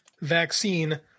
vaccine